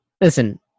Listen